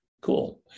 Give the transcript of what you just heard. cool